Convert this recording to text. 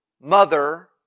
mother